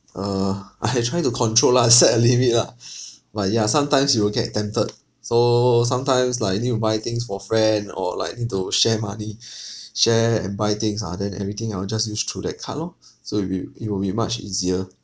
uh I try to control lah set a limit lah but ya sometimes you will get tempted so sometimes like I need to buy things for friend or like I need to share money share and buy things ah then everything I will just use through that card loh so it'll be it will be much easier